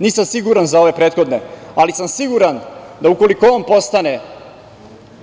Nisam siguran za ove prethodne, ali sam siguran da ukoliko on postane